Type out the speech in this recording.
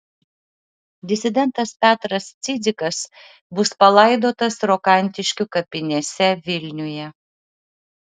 disidentas petras cidzikas bus palaidotas rokantiškių kapinėse vilniuje